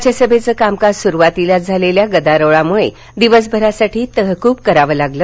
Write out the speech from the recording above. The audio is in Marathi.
राज्यसभेचं कामकाज सुरूवातीलाच झालेल्या गदारोळामुळे दिवसभरासाठी तहकूब कराव लागलं